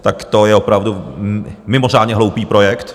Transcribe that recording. Tak to je opravdu mimořádně hloupý projekt.